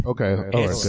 Okay